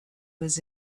was